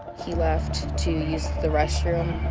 he left to use the restroom.